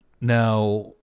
now